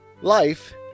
Life